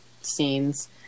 scenes